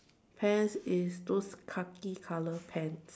pants is those khaki color pants